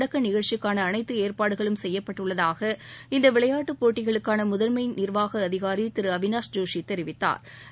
தொடக்க நிகழ்ச்சிக்கான அனைத்து ஏற்பாடுகளும் செய்யப்பட்டுள்ளதாக இந்த விளையாட்டு போட்டிகளுக்கான முதன்மை நிர்வாக அதிகாரி திரு அவினாஷ் ஜோஷி தெரிவித்தாா்